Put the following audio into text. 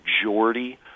majority